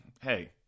hey